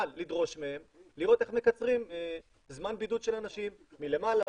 אבל לדרוש מהם לראות איך מקצרים זמן בידוד של אנשים מלמעלה,